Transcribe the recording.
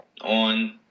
on